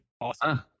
awesome